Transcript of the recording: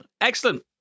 excellent